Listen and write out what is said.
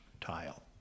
tile